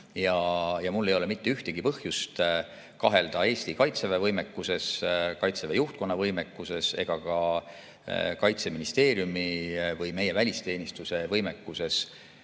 teeme. Mul ei ole mitte ühtegi põhjust kahelda meie Kaitseväe võimekuses, Kaitseväe juhtkonna võimekuses ega ka Kaitseministeeriumi või meie välisteenistuse võimekuses